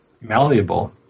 malleable